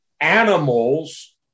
animals